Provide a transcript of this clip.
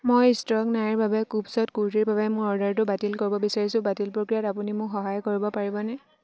মই ষ্টক নাইৰ বাবে কুভছ্ত কুৰ্তিৰ বাবে মোৰ অৰ্ডাৰটো বাতিল কৰিব বিচাৰিছোঁ বাতিল প্ৰক্ৰিয়াত আপুনি মোক সহায় কৰিব পাৰিবনে